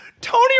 Tony